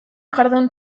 jardun